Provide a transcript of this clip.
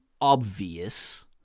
obvious